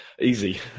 Easy